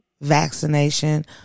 Vaccination